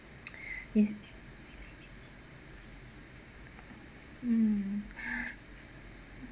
is mm